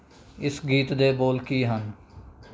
ਇਸ ਗੀਤ ਦੇ ਬੋਲ ਕੀ ਹਨ